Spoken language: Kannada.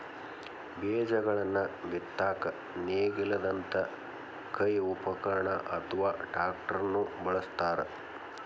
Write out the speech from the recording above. ಬೇಜಗಳನ್ನ ಬಿತ್ತಾಕ ನೇಗಿಲದಂತ ಕೈ ಉಪಕರಣ ಅತ್ವಾ ಟ್ರ್ಯಾಕ್ಟರ್ ನು ಬಳಸ್ತಾರ